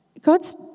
God's